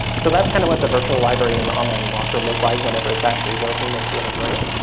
so that's kind of what the virtual library and the online locker look like whenever it's actually working, it's really great.